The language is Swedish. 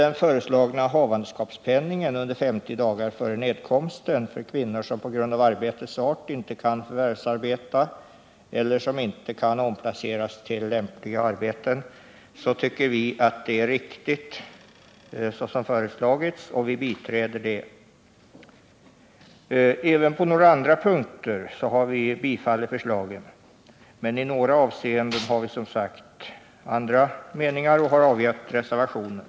den föreslagna havandeskapspenningen under 50 dagar före nedkomsten för kvinnor som på grund av arbetets art inte kan förvärvsarbeta eller som inte kan omplaceras till lämpligt arbete tycker vi att det är ett riktigt förslag och biträder det. Även på några andra punkter har vi biträtt förslagen. Men i några avseenden har vi som sagt andra meningar och har avgivit reservationer.